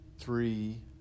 three